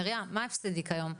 נריה, מה הפסדי כיום?